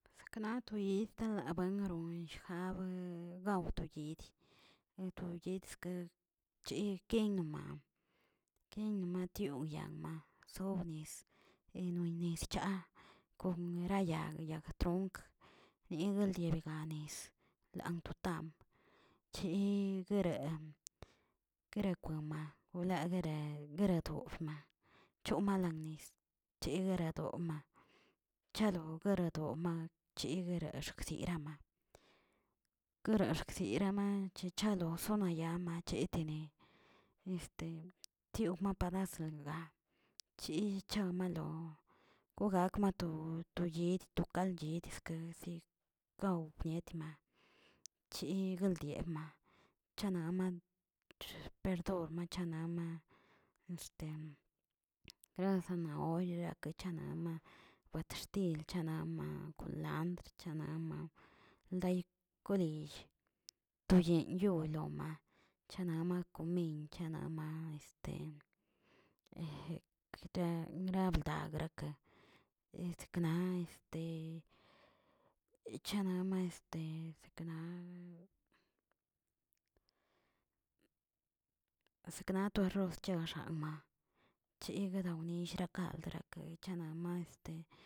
Sekna to yit na buen naron shja bue gao to yid, to yetska yeken noma ken nomation yaama gob nis enoenis chaa konmero yag- yag tronk yega negbiald nez lan totam, chig gueen guerekwe ma na guere- guerodofma choman la nis, cheguere donma, chalo guerodoma cheguirex gdama, garak guegxidama chchalo sonayama cheteni, tioma pamasno nga chi chamanyalgo kogag mato to yid to kald yidiskasi, gaob niet ma chi gueldiema chananman perdón chanama este gra zanahor yayakechana wat xtil, cha nama kolandr, cha nama ldayi kolill to yinꞌ yolo ma, chanama komin, chaanama este gramda gakə, ekna chama este kna, sakna to arroz choexan chi dagawnill gakran rakə chanama este.